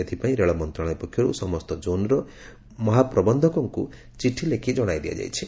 ଏଥିପାଇଁ ରେଳ ମନ୍ତ୍ରଣାଳୟ ପକ୍ଷରୁ ସମସ୍ତ ଜୋନ୍ର ମହା ପ୍ରବନ୍ଧକଙ୍କୁ ଚିଠି ଲେଖି ଜଣାଇ ଦିଆଯାଇଛି